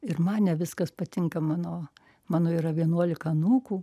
ir man ne viskas patinka mano mano yra vienuolika anūkų